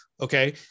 okay